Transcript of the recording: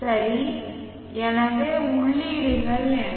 சரி எனவே உள்ளீடுகள் என்ன